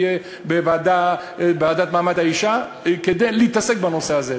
אני אהיה בוועדה למעמד האישה כדי לעסוק בנושא הזה.